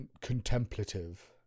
contemplative